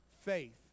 faith